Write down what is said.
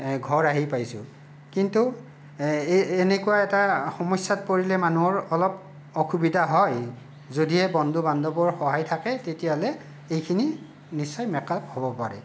ঘৰ আহি পাইছোঁ কিন্তু এই এনেকুৱা এটা সমস্যাত পৰিলে মানুহৰ অলপ অসুবিধা হয় যদিহে বন্ধু বান্ধৱৰ সহায় থাকে তেতিয়াহ'লে এইখিনি নিশ্চয় মেকআপ হ'ব পাৰে